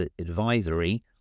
advisory